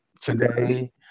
today